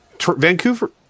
Vancouver